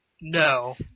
No